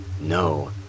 No